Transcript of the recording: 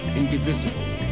indivisible